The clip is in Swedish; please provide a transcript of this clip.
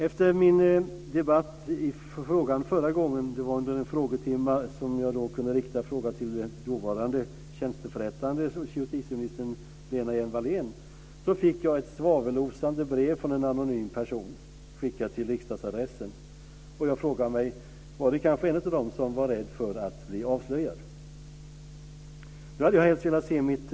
Efter min debatt i frågan förra gången - det var under en frågetimma som jag kunde rikta frågan till dåvarande tjänsteförrättande justitieminister Lena Hjelm-Wallén - fick jag ett svavelosande brev från en anonym person skickat till riksdagsadressen. Jag frågar mig om det var en av dem som är rädda för att bli avslöjade.